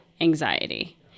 anxiety